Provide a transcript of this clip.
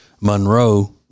monroe